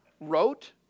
wrote